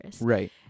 Right